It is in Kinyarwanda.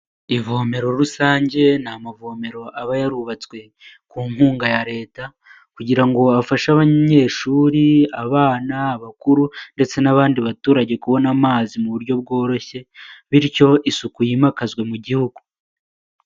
Ivomero rusange ni amavomero aba yarubatswe ku nkunga ya Leta kugira ngo afashe abanyeshuri, abana, abakuru ndetse n'abandi baturage kubona amazi mu buryo bworoshye bityo isuku yimakazwe mu gihugu.